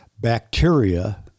Bacteria